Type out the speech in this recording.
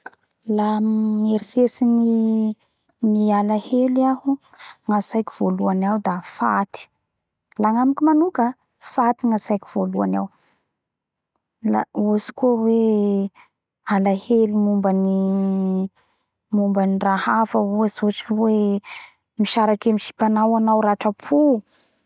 La mieritseritsy uhm ny ny alahelo iaho gnatsaiko voalohany ao da ny faty la gnamiko manoka faty gnatsaaiko voalohany ao da ohatsy koa hoe alahelo momba ny ny raha hafa ohatsy hoe misaraky amy sipanao anao ratrapo